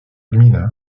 gmina